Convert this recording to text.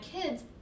kids